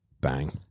Bang